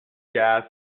gas